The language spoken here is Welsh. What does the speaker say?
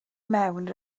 mewn